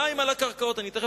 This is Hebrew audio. מים על הקרקעות, נא לסיים.